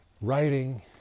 writing